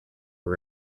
are